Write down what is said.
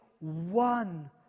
one